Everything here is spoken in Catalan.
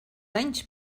anys